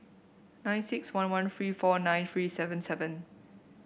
nine six one one three four nine three seven seven